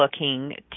looking